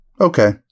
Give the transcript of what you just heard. Okay